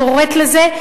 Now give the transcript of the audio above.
קוראת לזה,